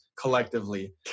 collectively